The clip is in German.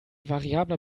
variabler